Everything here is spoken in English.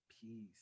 Peace